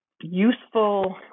useful